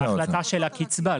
בהחלטה של הקצבה,